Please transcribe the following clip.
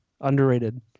Underrated